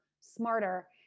smarter